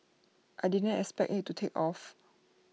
I didn't expect IT to take off